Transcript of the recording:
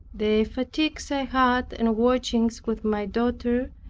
the fatigues i had, and watchings with my daughter,